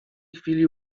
chwili